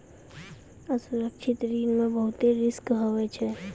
असुरक्षित ऋण मे बहुते रिस्क हुवै छै